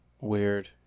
Weird